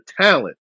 talent